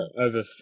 over